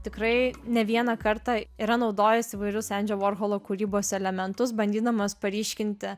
tikrai ne vieną kartą yra naudojęs įvairius endžio vorholo kūrybos elementus bandydamas paryškinti